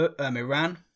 Iran